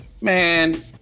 Man